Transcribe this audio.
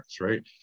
right